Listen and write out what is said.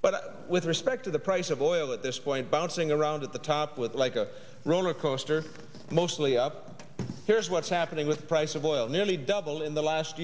but with respect to the price of oil at this point bouncing around at the top with like a roller coaster mostly up here is what's happening with the price of oil nearly double in the last